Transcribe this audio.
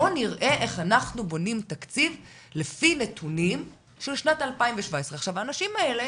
בואו נראה איך אנחנו בונים תקציב לפי נתונים של שנת 2017. האנשים האלה